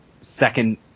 second